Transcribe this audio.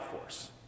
force